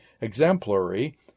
exemplary